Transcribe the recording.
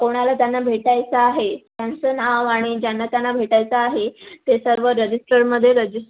कोणाला त्यांना भेटायचं आहे त्यांचं नाव आणि ज्यांना त्यांना भेटायचं आहे ते सर्व रजिस्टरमध्ये रजिस